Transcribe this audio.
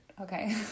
Okay